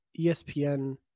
ESPN –